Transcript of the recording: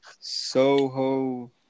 Soho